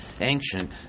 ancient